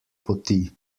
poti